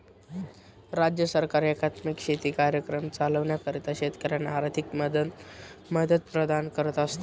राज्य सरकार एकात्मिक शेती कार्यक्रम चालविण्याकरिता शेतकऱ्यांना आर्थिक मदत प्रदान करत असते